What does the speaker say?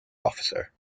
officer